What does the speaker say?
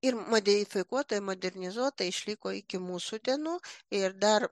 ir modifikuota ir modernizuota išliko iki mūsų dienų ir dar